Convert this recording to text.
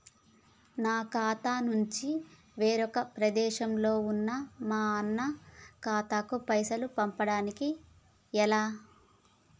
నా ఖాతా నుంచి వేరొక ప్రదేశంలో ఉన్న మా అన్న ఖాతాకు పైసలు పంపడానికి ఎలా?